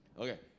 Okay